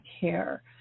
care